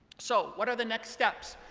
so what are the next steps?